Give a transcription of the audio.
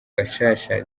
gacaca